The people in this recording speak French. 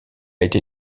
été